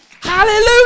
Hallelujah